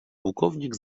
pułkownik